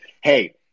hey